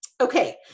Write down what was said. Okay